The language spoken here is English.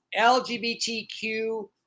LGBTQ